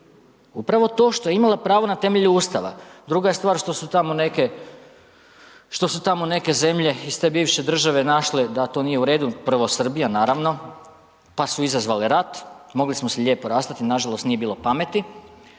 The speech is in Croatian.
upravo to što je imala pravo na temelju ustava. Druga je stvar što su tamo neke, što su tamo neke zemlje iz te bivše države našle da to nije u redu, prvo Srbija, naravno, pa su izazvale rat, mogli smo se lijepo rastati, nažalost, nije bilo pameti,